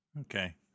Okay